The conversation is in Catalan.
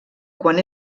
quan